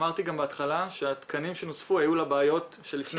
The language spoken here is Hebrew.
אמרתי גם בהתחלה שהתקנים שנוספו היו לבעיות שלפני